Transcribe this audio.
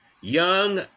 young